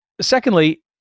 Secondly